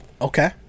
Okay